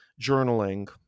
journaling